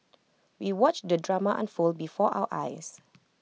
we watched the drama unfold before our eyes